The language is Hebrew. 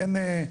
אין,